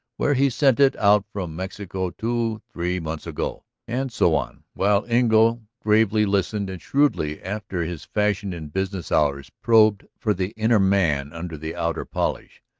where he sent it out from mexico two, three months ago. and so on, while engle gravely listened and shrewdly, after his fashion in business hours, probed for the inner man under the outer polish,